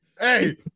Hey